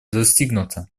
достигнуто